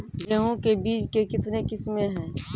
गेहूँ के बीज के कितने किसमें है?